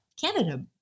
Canada